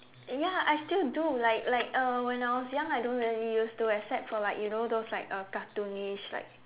ya I still do like like uh when I was young I don't really used to except for like you know those like uh cartoonish like